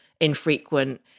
infrequent